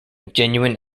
genuine